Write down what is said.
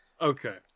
Okay